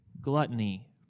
gluttony